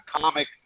comic